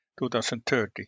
2030